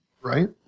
Right